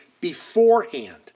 beforehand